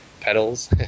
pedals